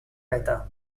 beta